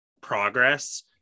progress